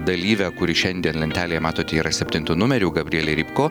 dalyvę kuri šiandien lentelėje matote yra septintu numeriu gabrielė rybko